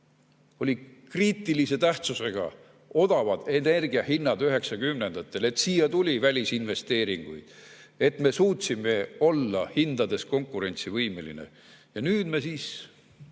olid kriitilise tähtsusega odavad energiahinnad 90-ndatel: siia tuli välisinvesteeringuid, me suutsime oma hindadega konkurentsivõimelised olla. Ja nüüd me siis